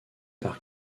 par